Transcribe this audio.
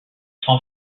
sans